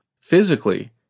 Physically